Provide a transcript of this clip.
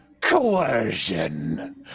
coercion